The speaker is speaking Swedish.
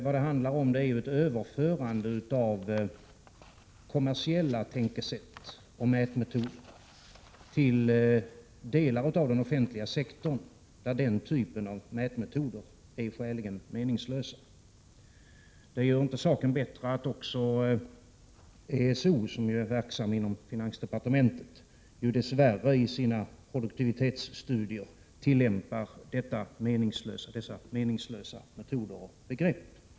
Vad det handlar om är ett överförande av kommersiella tänkesätt och mätmetoder till delar av den offentliga sektorn, där den typen av mätmetoder är skäligen meningslösa. Det gör inte saken bättre att också ESO, som är verksam inom finansdepartementet, dess värre i sina produktivitetsstudier tillämpar dessa meningslösa metoder och begrepp.